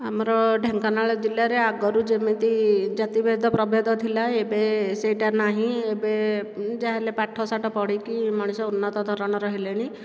ଆମର ଢେଙ୍କାନାଳ ଜିଲ୍ଲାରେ ଆଗରୁ ଯେମିତି ଜାତି ଭେଦ ପ୍ରଭେଦ ଥିଲା ଏବେ ସେଇଟା ନାହିଁ ଏବେ ଯାହାହେଲେ ପାଠ ସାଠ ପଢ଼ିକି ମଣିଷ ଉନ୍ନତ ଧରଣର ହେଲେଣି